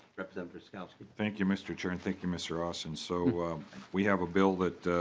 representative drazkowski thank you mr. chair. and thank you mr. austin. so we have a bill that